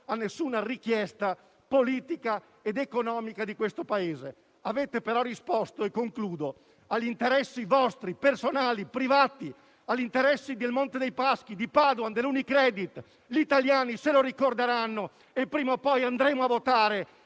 ad alcuna richiesta politica ed economica di questo Paese. Avete però risposto ai vostri interessi personali e privati, agli interessi di Monte dei Paschi, di Padoan, dell'UniCredit. Gli italiani se lo ricorderanno; prima o poi andremo a votare